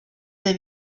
dai